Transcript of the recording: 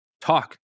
talk